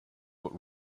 but